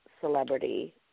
Celebrity